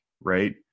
Right